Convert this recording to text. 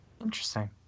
Interesting